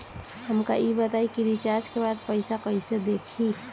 हमका ई बताई कि रिचार्ज के बाद पइसा कईसे देखी?